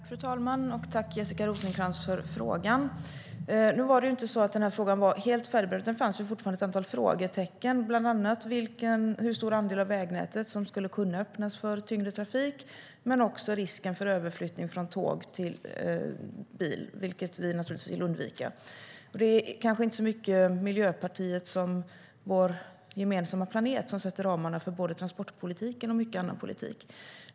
Fru talman! Tack, Jessica Rosencrantz, för frågan! Nu var det inte så att den här frågan var helt färdigberedd. Det fanns fortfarande ett antal frågetecken, bland annat hur stor andel av vägnätet som skulle kunna öppnas för tyngre trafik. Det handlade också om risken för överflyttning från tåg till bil, vilket vi naturligtvis vill undvika. Det är kanske inte så mycket Miljöpartiet som vår gemensamma planet som sätter ramarna för både transportpolitiken och mycket annan politik.